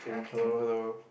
hello hello